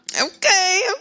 Okay